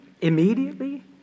immediately